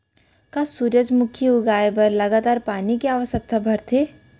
का सूरजमुखी उगाए बर लगातार पानी के आवश्यकता भरथे?